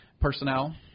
personnel